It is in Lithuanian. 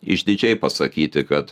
išdidžiai pasakyti kad